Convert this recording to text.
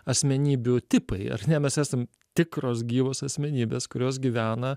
asmenybių tipai ar ne mes esam tikros gyvos asmenybės kurios gyvena